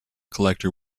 collector